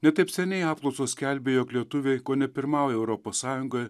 ne taip seniai apklausos skelbė jog lietuviai kone pirmauja europos sąjungoje